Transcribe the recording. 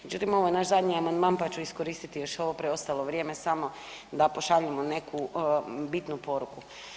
Međutim, ovo je naš zadnji amandman pa ću iskoristiti još ovo preostalo vrijeme samo da pošaljemo neku bitnu poruku.